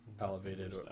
elevated